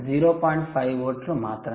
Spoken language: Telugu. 5 వోల్ట్లు మాత్రమే